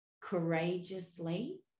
courageously